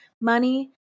money